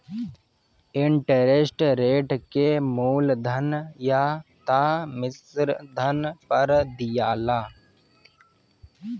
interest rate के मूलधन या त मिश्रधन पर दियाला